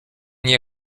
nie